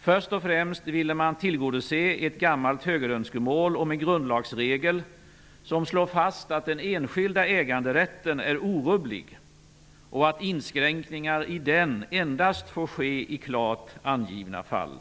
Först och främst ville man tillgodose ett gammalt högerönskemål om en grundlagsregel som slår fast att den enskilda äganderätten är orubblig och att inskränkningar i den endast får ske i klart angivna fall.